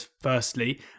firstly